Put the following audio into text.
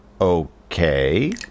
Okay